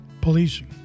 policing